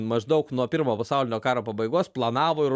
maždaug nuo pirmo pasaulinio karo pabaigos planavo ir